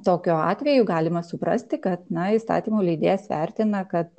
tokiu atveju galima suprasti kad na įstatymų leidėjas vertina kad